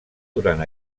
durant